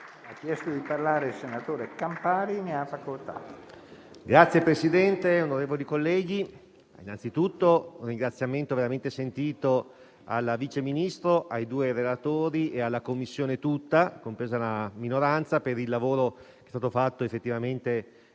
Signor Presidente, onorevoli colleghi, desidero innanzitutto rivolgere un ringraziamento veramente sentito alla Vice Ministro, ai due relatori e alla Commissione tutta, compresa la minoranza, per il lavoro che è stato svolto, effettivamente